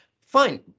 Fine